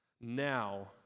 Now